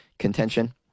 Contention